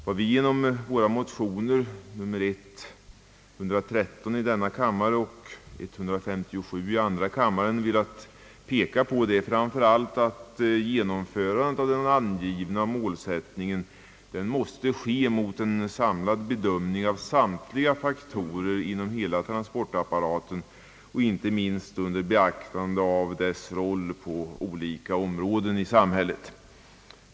Vad vi genom våra motioner nr 113 i denna kammare och nr 157 i andra kammaren främst velat peka på är att genomförandet av den angivna målsättningen måste ske mot en samlad bedömning av alla faktorer inom hela transportapparaten och då inte minst under beaktande av dess roll på olika områden i samhället.